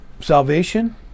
salvation